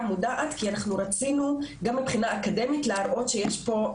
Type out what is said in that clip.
מודעת כי אנחנו רצינו גם מבחינה אקדמית להראות שיש פה,